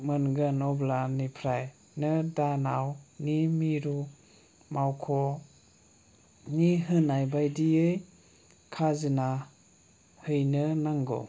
मोनगोन आब्लानिफ्रायनो दानाव मिरु मावख'नि होनाय बायदियै खाजोना हैनो नांगौ